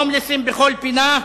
הומלסים בכל פינה,